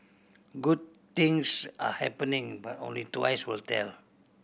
good things are happening but only twice will tell